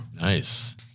Nice